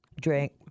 Drink